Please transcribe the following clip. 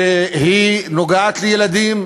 כשהיא נוגעת לילדים,